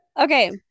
okay